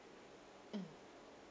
mm